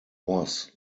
was